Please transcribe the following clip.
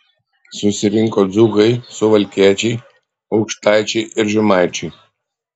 susirinko dzūkai suvalkiečiai aukštaičiai ir žemaičiai